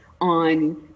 on